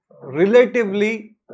relatively